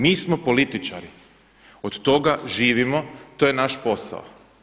Mi smo političari, od toga živimo, to je naš posao.